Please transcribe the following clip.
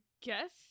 guess